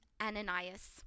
ananias